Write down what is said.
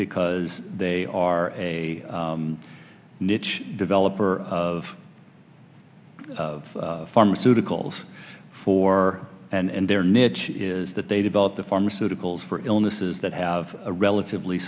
because they are a niche developer of of pharmaceuticals for and their niche is that they develop the pharmaceuticals for illnesses that have a relatively